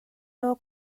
law